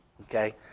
okay